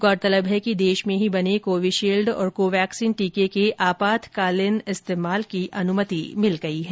गौरतलब है कि देश में ही बने कोविशील्ड और कोवैक्सीन टीके के आपातकालीन इस्तेमाल की अनुमति मिल गई है